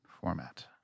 format